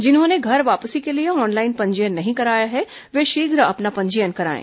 जिन्होंने घर वापसी के लिए ऑनलाइन पंजीयन नहीं कराया है वे शीघ्र अपना पंजीयन कराएं